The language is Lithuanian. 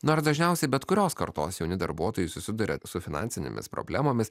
nors dažniausiai bet kurios kartos jauni darbuotojai susiduria su finansinėmis problemomis